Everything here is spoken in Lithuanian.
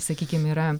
sakykim yra